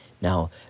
now